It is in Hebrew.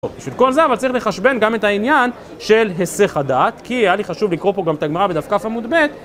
בשביל כל זה אבל צריך לחשבן גם את העניין של היסח הדעת כי היה לי חשוב לקרוא פה גם את הגמרא בדף כ' עמוד ב'